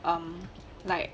um like